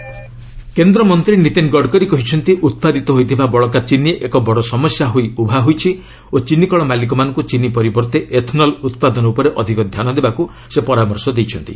ଗଡ଼କରୀ କେନ୍ଦ୍ରମନ୍ତ୍ରୀ ନୀତିନ୍ ଗଡ଼କରୀ କହିଛନ୍ତି ଉତ୍ପାଦିତ ହୋଇଥିବା ବଳକା ଚିନି ଏକ ବଡ଼ ସମସ୍ୟା ହୋଇ ଉଭା ହୋଇଛି ଓ ଚିନିକଳ ମାଲିକମାନଙ୍କୁ ଚିନି ପରିବର୍ଭେ ଏଥ୍ନଲ୍ ଉତ୍ପାଦନ ଉପରେ ଅଧିକ ଧ୍ୟାନ ଦେବାକୁ ସେ ପରାମର୍ଶ ଦେଇଛନ୍ତି